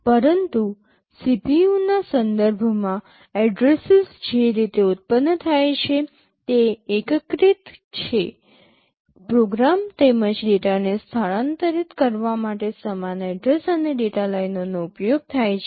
પરંતુ CPU ના સંદર્ભમાં એડ્રેસીસ જે રીતે ઉત્પન્ન થાય છે તે એકીકૃત છે પ્રોગ્રામ તેમજ ડેટાને સ્થાનાંતરિત કરવા માટે સમાન એડ્રેસ અને ડેટા લાઇનોનો ઉપયોગ થાય છે